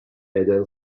eden